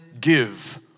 give